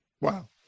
wow